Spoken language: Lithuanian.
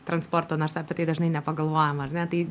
transporto nors apie tai dažnai nepagalvojam ar ne tai